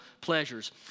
pleasures